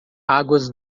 águas